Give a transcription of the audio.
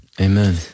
Amen